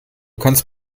kannst